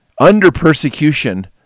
under-persecution